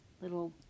Little